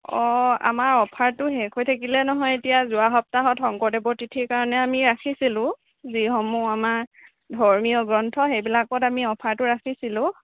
অঁ আমাৰ অফাৰটো শেষ হৈ থাকিলে নহয় এতিয়া যোৱা সপ্তাহত শংকদেৱৰ তিথিৰ কাৰণে আমি ৰাখিছিলোঁ যি সমূহ আমাৰ ধৰ্মীয় গ্ৰন্থ সেইবিলাকত আমি অফাৰটো ৰাখিছিলোঁ